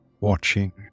watching